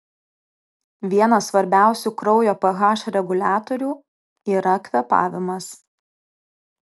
vienas svarbiausių kraujo ph reguliatorių yra kvėpavimas